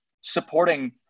supporting